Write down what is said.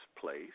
place